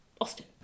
austin